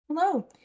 Hello